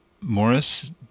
Morris